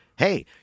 Hey